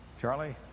Charlie